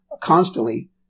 constantly